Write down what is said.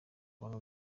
wanga